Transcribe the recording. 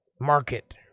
market